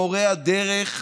מורי הדרך,